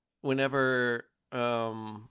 whenever –